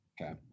Okay